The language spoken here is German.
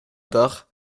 dach